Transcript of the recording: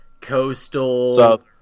Coastal